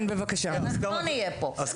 לא נהיה פה.